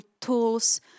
tools